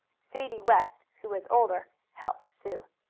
sadie west, who was older, helped sue.